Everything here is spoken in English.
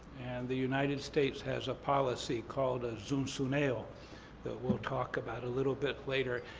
and the united states has a policy called a zunzuneo that we'll talk about a little bit later.